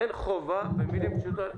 במילים פשוטות,